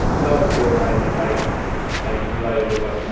and also i i rely on my wife.